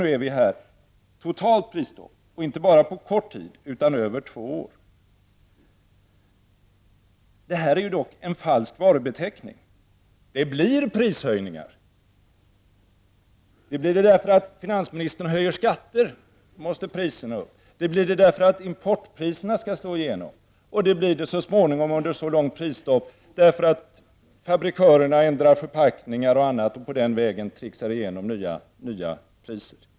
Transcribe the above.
Regeringen vill införa ett totalt prisstopp, som inte skall gälla bara under kort tid, utan det är fråga om två år. Detta är emellertid en falsk varubeteckning. Det blir prishöjningar därför att finansministern höjer skatter och för att importpriserna skall slå igenom. Under ett så långt prisstopp blir det så småningom prishöjningar när fabrikörerna ändrar förpackningar och annat för att på den vägen tricksa igenom höjda priser.